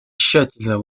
тщательно